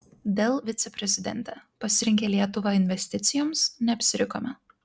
dell viceprezidentė pasirinkę lietuvą investicijoms neapsirikome